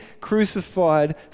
crucified